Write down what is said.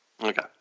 Okay